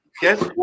guess